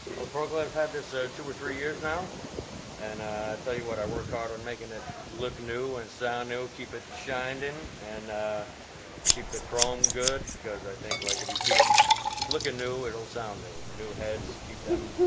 little pro kleh have had this so two or three years now and i tell you what i work hard on and making it look new and sound new keep it shined in and keep the chrome good because i think like if you keep it looking new it'll sound new new heads keep them